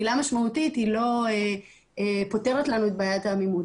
המילה משמעותית היא לא פותרת לנו את בעיית העמימות,